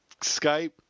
Skype